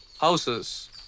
houses